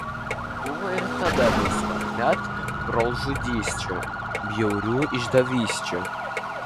buvo ir tada visko net brolžudysčių bjaurių išdavysčių